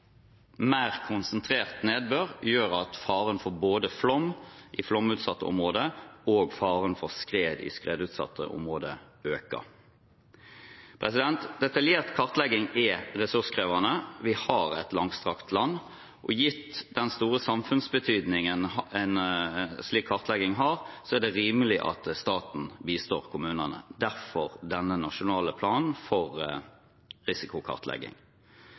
mer konsentrert nedbør, at både faren for flom i flomutsatte områder og faren for skred i skredutsatte områder øker. Detaljert kartlegging er ressurskrevende. Vi har et langstrakt land. Gitt den store samfunnsbetydningen en slik kartlegging har, er det rimelig at staten bistår kommunene – derfor denne nasjonale planen for risikokartlegging.